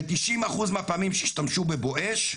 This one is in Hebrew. ב-90 אחוז מהפעמים שהשתמשו ב"בואש"